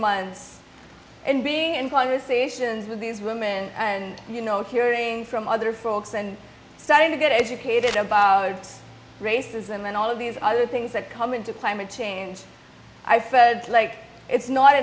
months and being in conversations with these women and you know hearing from other folks and starting to get educated about racism and all of these other things that come into climate change i said like it's not